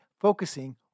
focusing